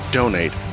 donate